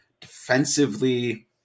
Defensively